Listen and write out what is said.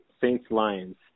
Saints-Lions